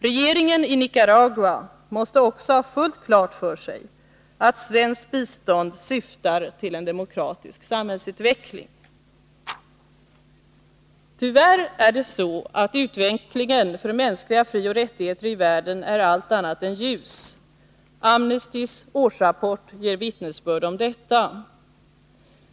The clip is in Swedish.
Regeringen i Nicaragua måste också ha fullt klart för sig att svenskt bistånd syftar till en demokratisk samhällsutveckling. Tyvärr är det så att utvecklingen för mänskliga frioch rättigheter i världen är allt annat än ljus. Amnestys årsrapport ger vittnesbörd om detta.